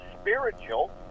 spiritual